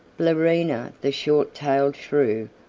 blarina the short-tailed shrew,